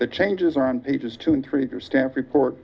the changes on pages to treat their staff report